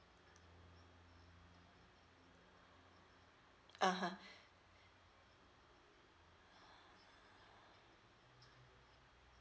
(uh huh)